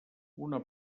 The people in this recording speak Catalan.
una